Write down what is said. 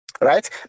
right